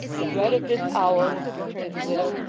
the dread of this hour returned the widow,